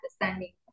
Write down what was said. understanding